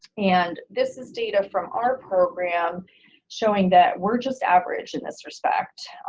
and this is data from our program showing that we're just average in this respect.